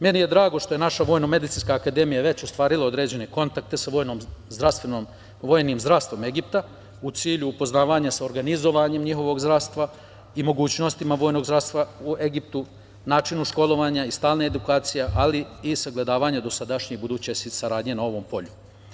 Meni je drago što je naša Vojno-medicinska akademija već ostvarila određene kontakte sa vojnim zdravstvom Egipta, u cilju upoznavanja sa organizovanjem njihovog zdravstva i mogućnostima vojnog zdravstva u Egiptu, načinu školovanja i stalne edukacije ali i sagledavanja dosadašnje buduće saradnje na ovom polju.